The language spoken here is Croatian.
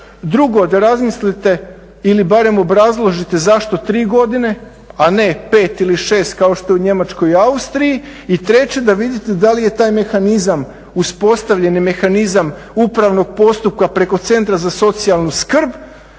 Drugo, da razmislite ili barem obrazložite zašto tri godine, a ne pet ili šest kao što je u Njemačkoj i Austriji. I treće, da vidite da li je taj mehanizam, uspostavljeni mehanizam upravnog postupka preko Centra za socijalnu skrb